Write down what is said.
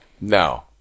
No